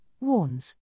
warns